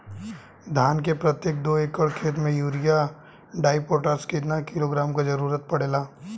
धान के प्रत्येक दो एकड़ खेत मे यूरिया डाईपोटाष कितना किलोग्राम क जरूरत पड़ेला?